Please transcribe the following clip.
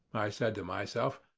i said to myself,